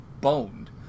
boned